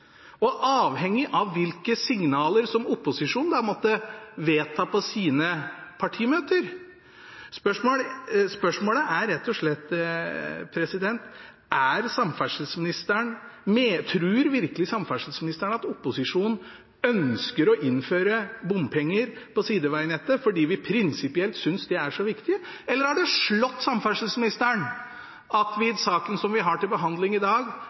og avhengig av hvilke signaler som opposisjonen måtte vedta på sine partimøter. Spørsmålet er rett og slett: Tror virkelig samferdselsministeren at opposisjonen ønsker å innføre bompenger på sidevegnettet fordi vi prinsipielt synes det er så viktig, eller har det slått samferdselsministeren at vi i saken som vi har til behandling i dag,